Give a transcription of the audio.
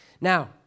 Now